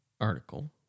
article